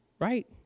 right